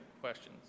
questions